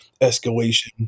escalation